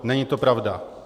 Není to pravda.